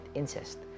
incest